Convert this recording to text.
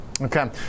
Okay